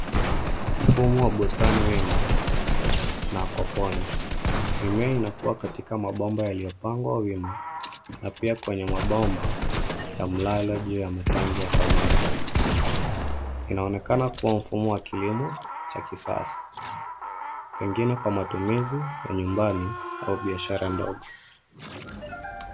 Mfumo wa bustani wima na aquaponics . Mimea inakuwa katika mabomba yaliyopangwa wima na pia kwenye mabomba ya mlale juu ya matangi ya samaki. Inaonekana kuwa mfumo wa kilimo cha kisasa. Pengine kwa matumizi ya nyumbani au biashara ndogo.